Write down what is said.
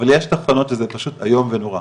אבל יש תחנות שזה פשוט איום ונורא.